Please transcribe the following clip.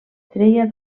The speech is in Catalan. treia